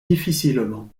difficilement